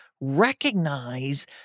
recognize